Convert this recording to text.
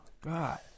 God